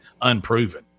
unproven